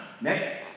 Next